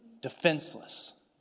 defenseless